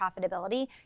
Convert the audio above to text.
profitability